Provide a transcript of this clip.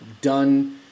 done